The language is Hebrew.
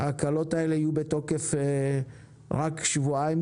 ההקלות האלה יהיו בתוקף רק שבועיים,